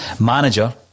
manager